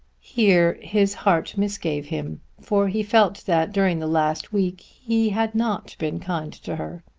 here his heart misgave him, for he felt that during the last week he had not been kind to her.